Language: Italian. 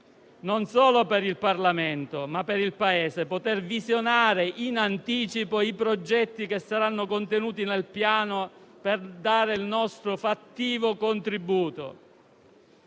non solo per il Parlamento, ma per il Paese, poter visionare in anticipo i progetti contenuti nel Piano per dare il nostro fattivo contributo.